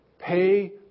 pay